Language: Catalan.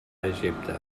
egipte